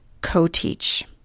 Co-teach